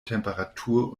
temperatur